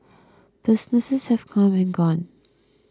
businesses have come and gone